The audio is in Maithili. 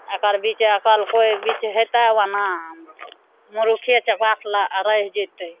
एकर बीच अकिल कोइ बीच हेतै ओना मुरुखे चपाट ले रहि जएतै